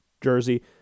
jersey